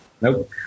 nope